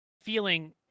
feeling